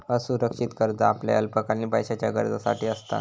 असुरक्षित कर्ज आपल्या अल्पकालीन पैशाच्या गरजेसाठी असता